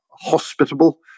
hospitable